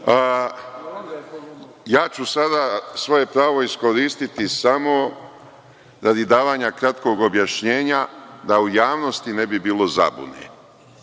Ja ću sada svoje pravo iskoristiti samo radi davanja kratkog objašnjenja, da u javnosti ne bi bilo zabune. Ja